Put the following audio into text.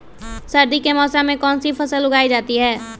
सर्दी के मौसम में कौन सी फसल उगाई जाती है?